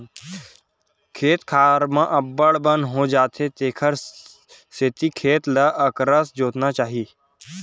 खेत खार म अब्बड़ बन हो जाथे तेखर सेती खेत ल अकरस जोतना चाही